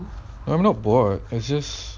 I'm not bored I just